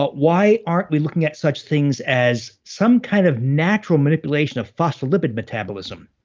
but why aren't we looking at such things as, some kind of natural manipulation of phospholipid metabolism?